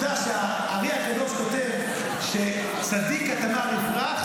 אתה יודע שהאר"י הקדוש כותב שצדיק כתמר יפרח,